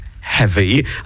heavy